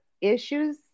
issues